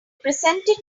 presented